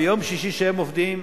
ביום שישי כשהם לא עובדים,